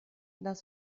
lass